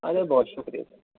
ارے بہت شکریہ